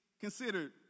considered